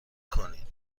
کنید